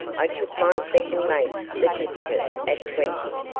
i took my second mate's certificate at twenty,